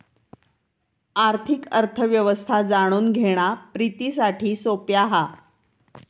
आर्थिक अर्थ व्यवस्था जाणून घेणा प्रितीसाठी सोप्या हा